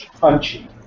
Punchy